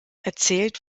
erzählt